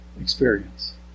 experience